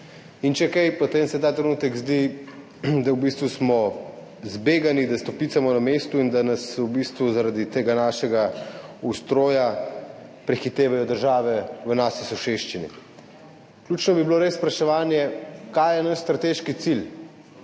In če kaj, potem se ta trenutek zdi, da smo v bistvu zbegani, da stopicamo na mestu in da nas zaradi tega našega ustroja prehitevajo države v naši soseščini. Ključno bi bilo res spraševanje, kaj je naš strateški cilj